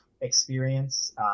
experience